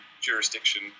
jurisdiction